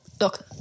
look